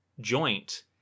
joint